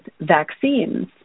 vaccines